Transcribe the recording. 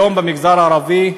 שומע.